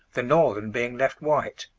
the northern being left white.